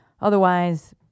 otherwise